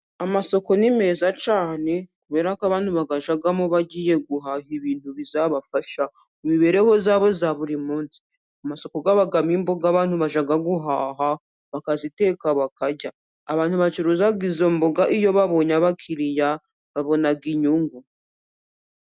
Amasoko ni meza cyane kubera ko abantu bayajyamo bagiye guhaha ibintu bizabafasha mu mibereho yabo ya buri munsi, amasoko abamo imboga abantu bajya guhaha bakaziteka bakarya. Abantu bacuruza izo mboga iyo babonye abakiriya babona inyungu.